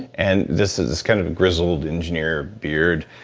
and this is kind of a grizzled engineer, beard,